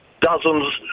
dozens